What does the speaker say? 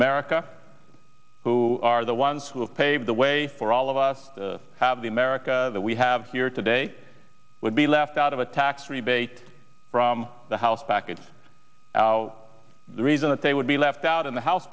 america who are the ones who have paved the way for all of us have the america that we have here today would be left out of a tax rebate from the house back it's the reason that they would be left out in the house